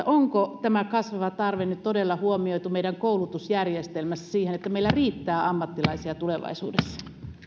onko tämä kasvava tarve nyt todella huomioitu meidän koulutusjärjestelmässämme että meillä riittää ammattilaisia tulevaisuudessa